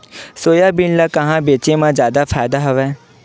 Soybean ल कहां बेचे म जादा फ़ायदा हवय?